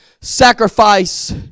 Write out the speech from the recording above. sacrifice